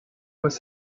was